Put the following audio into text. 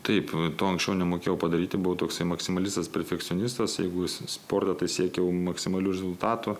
taip to anksčiau nemokėjau padaryti buvau toksai maksimalistas perfekcionistas jeigu į sportą tai siekiau maksimalių rezultatų